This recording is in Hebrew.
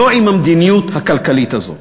לא עם המדיניות הכלכלית הזאת.